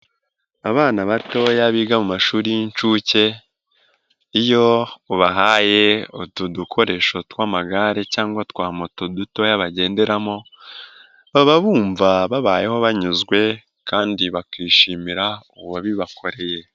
Abana batoya biga mu mashuri y'inshuke, iyo ubahaye utu dukoresho tw'amagare cyangwa moto dutoya bagenderamo, baba bumva babayeho banyuzwe kandi bakishimira uwabibakoreye.